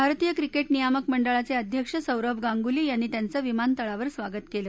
भारतीय क्रिकेट नियामक मंडळाचे अध्यक्ष सौरभ गांगुली यांनी त्यांचं विमानतळावर स्वागत केलं